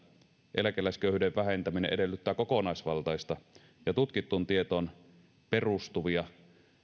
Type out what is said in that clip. eläkeläisköyhyyden vähentäminen edellyttää kokonaisvaltaisia ja tutkittuun tietoon perustuvia